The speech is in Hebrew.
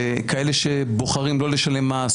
כאלה שבוחרים לא לשלם מס,